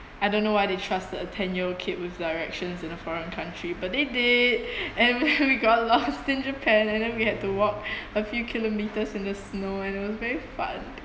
I don't know why they trusted a ten year old kid with directions in a foreign country but they did and we got lost in japan and then we had to walk a few kilometres in the snow and it was very fun